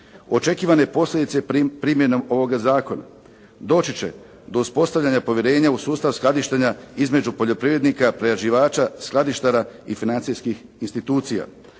Očekivane posljedice primjenom ovoga zakona doći će do uspostavljanja povjerenja u sustav skladištenja između poljoprivrednika, prerađivača, skladištara i financijskih institucija.